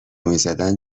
میزدن